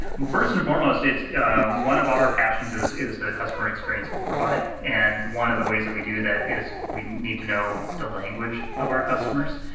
first and foremost, it's one of our passions is is the the customer experience we provide and one of the ways that we do that is we need to know the language of our customers.